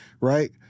right